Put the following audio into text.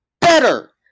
better